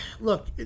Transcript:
look